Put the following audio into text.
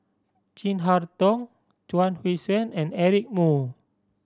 Chin Harn Tong Chuang Hui Tsuan and Eric Moo